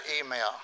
email